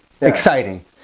Exciting